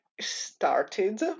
started